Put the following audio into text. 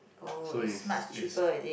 oh is much cheaper is it